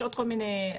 יש עוד כל מני ערוצים,